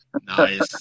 Nice